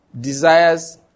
Desires